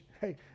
hey